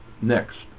Next